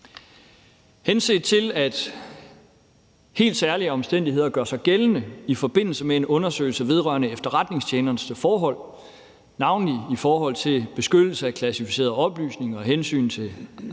Henset til, at helt særlige omstændigheder gør sig gældende i forbindelse med en undersøgelse vedrørende efterretningstjenesternes forhold, navnlig i forhold til beskyttelse af klassificerede oplysninger og hensynet til